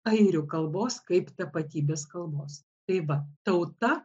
airių kalbos kaip tapatybės kalbos tai va tauta